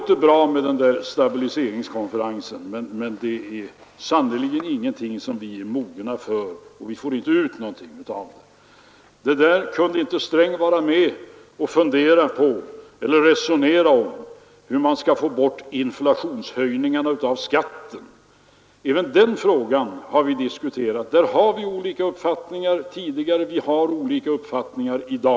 Talet om stabiliseringskonferensen låter bra, men den är sannerligen inte någonting som vi är mogna för, och vi får inte ut någonting ur den. Sträng kunde inte vara med om funderingarna kring hur man skall få bort skattehöjningarna som beror på inflationen, säger herr Löfgren. Även den frågan har vi diskuterat. Där har vi haft olika uppfattningar tidigare, och där har vi olika uppfattningar i dag.